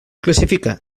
classifica